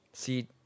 See